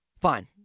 Fine